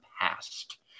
past